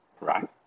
right